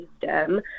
system